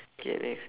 K next